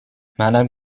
منم